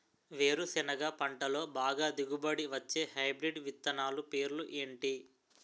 వేరుసెనగ పంటలో బాగా దిగుబడి వచ్చే హైబ్రిడ్ విత్తనాలు పేర్లు ఏంటి?